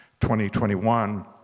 2021